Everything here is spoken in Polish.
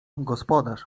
gospodarz